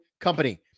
company